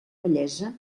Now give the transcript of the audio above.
bellesa